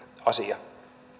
asia